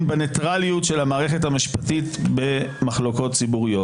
בניטרליות של המערכת המשפטית במחלוקות ציבוריות.